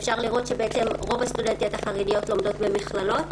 אפשר לראות שרוב הסטודנטיות החרדיות לומדות במכללות.